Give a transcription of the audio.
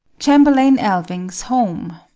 chamberlain alving's home.